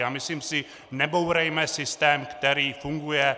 A myslím si, nebourejme systém, který funguje.